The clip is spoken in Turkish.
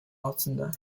altında